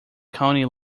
county